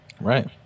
Right